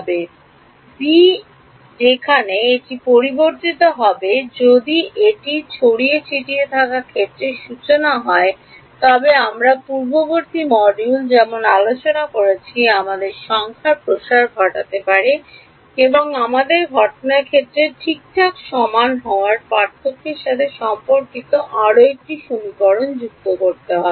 b যেখানে এটি পরিবর্তিত হবে যদি এটি ছড়িয়ে ছিটিয়ে থাকা ক্ষেত্রের সূচনা হয় তবে আমরা পূর্ববর্তী মডিউলে যেমন আলোচনা করেছি আমাদের সংখ্যার প্রসার ঘটাতে হবে এবং আমাদের ঘটনার ক্ষেত্রের ঠিকঠাক সমান হওয়ার পার্থক্যের সাথে সম্পর্কিত আরও একটি সমীকরণ যুক্ত করতে হবে